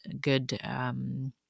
good